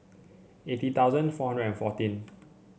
eighty thousand four hundred and fourteen